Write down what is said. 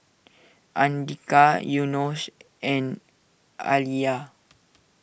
Andika Yunos and Alya